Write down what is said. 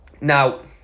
Now